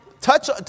touch